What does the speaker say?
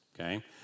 okay